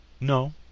No